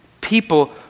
People